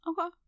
okay